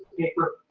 paper.